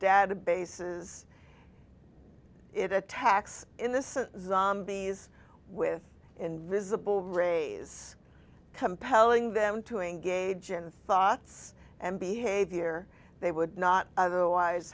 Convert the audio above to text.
databases it attacks in this a zombie is with invisible rays compelling them to engage in thoughts and behavior they would not otherwise